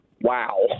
Wow